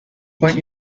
born